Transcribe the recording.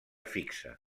fixa